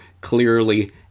clearly